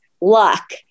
luck